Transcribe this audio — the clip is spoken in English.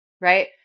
right